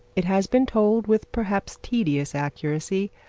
it has been told, with perhaps tedious accuracy,